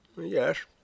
Yes